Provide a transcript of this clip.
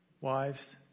wives